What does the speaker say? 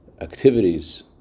activities